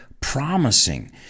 promising